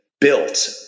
built